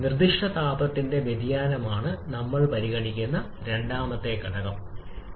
നിർദ്ദിഷ്ട താപത്തിന്റെ വ്യതിയാനമാണ് നമ്മൾ പരിഗണിക്കുന്ന രണ്ടാമത്തെ ഘടകം താപനില